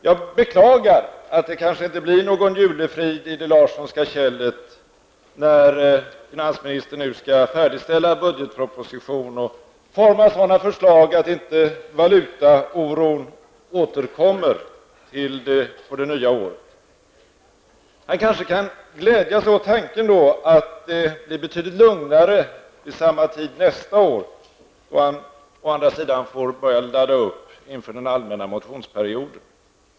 Jag beklagar att det kanske inte blir någon julefrid i det Larssonska kället, när finansministern nu skall färdigställa budgetpropositionen och forma sådana förslag som innebär att valutaoron inte återkommer på det nya året. Han kanske då kan glädja sig åt tanken att det är betydligt lugnare vid samma tid nästa år, då han å andra sida får börja ladda upp inför den allmänna motionstiden.